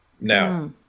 Now